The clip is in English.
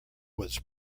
was